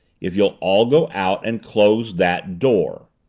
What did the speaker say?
if you'll all go out and close that door